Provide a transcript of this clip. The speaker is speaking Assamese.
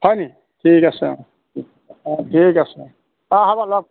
হয় নেকি ঠিক আছে অঁ অঁ ঠিক আছে অঁ হ'ব লগ